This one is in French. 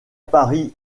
paris